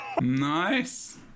nice